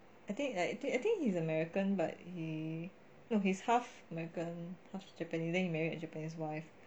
I think I think he's american but he no he's half american half japanese then married a japanese wife